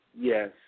yes